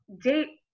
date